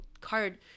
card